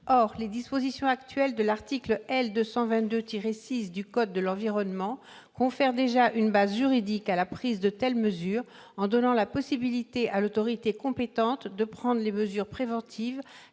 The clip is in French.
Or les dispositions actuelles de l'article L. 222-6 du code de l'environnement confèrent déjà une base juridique à la prise de telles mesures, en donnant la possibilité à l'autorité compétente de prendre les mesures préventives,